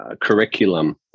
curriculum